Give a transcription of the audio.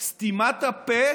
סתימת הפה